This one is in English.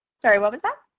sorry. what was that?